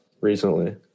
recently